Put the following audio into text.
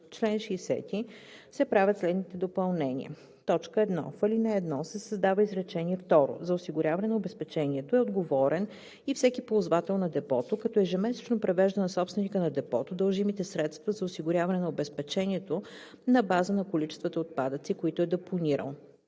чл. 60 се правят следните допълнения: 1. В ал. 1 се създава изречение второ: „За осигуряване на обезпечението е отговорен и всеки ползвател на депото, като ежемесечно превежда на собственика на депото дължимите средства за осигуряване на обезпечението на база на количествата отпадъци, които е депонирал.“